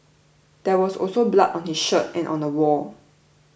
there was also blood on his shirt and on the wall